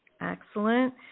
excellent